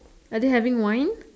are they having wine